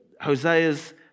Hosea's